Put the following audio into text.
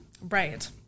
Right